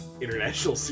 international